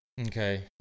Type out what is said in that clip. Okay